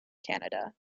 canada